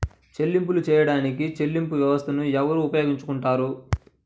చెల్లింపులు చేయడానికి చెల్లింపు వ్యవస్థలను ఎవరు ఉపయోగించుకొంటారు?